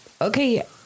Okay